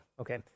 Okay